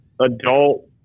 adult